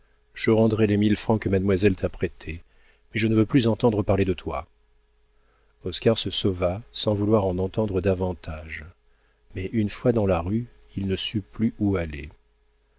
je rendrai les mille francs que mademoiselle t'a prêtés mais je ne veux plus entendre parler de toi oscar se sauva sans vouloir en entendre davantage mais une fois dans la rue il ne sut plus où aller